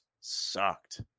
sucked